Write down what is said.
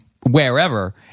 wherever